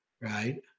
right